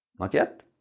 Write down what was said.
not yet?